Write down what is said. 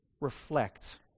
reflect